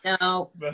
No